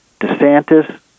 DeSantis